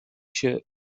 się